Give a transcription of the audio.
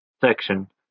section